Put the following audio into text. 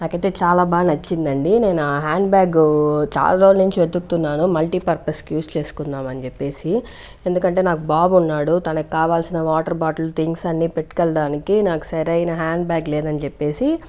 నాకైతే చాలా బాగా నచ్చిందండి నేను ఆ హ్యాండ్ బ్యాగ్ చాలా రోజుల నుంచి వెతుకుతున్నాను మల్టీపర్పస్కి యూజ్ చేసుకుందామని చెప్పేసి ఎందుకంటే నాకు బాబు ఉన్నాడు తనకు కావాల్సిన వాటర్ బాటిల్ థింగ్స్ అన్నిపెట్టుకెళ్ళడానికి నాకు సరైన హ్యాండ్ బ్యాగ్ లేదని చెప్పేసి